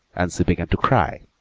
and she began to cry,